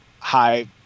high